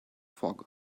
fog